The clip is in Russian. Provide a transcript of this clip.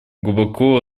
глубоко